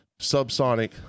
subsonic